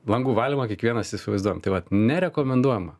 langų valymą kiekvienas įsivaizduojam tai vat nerekomenduojama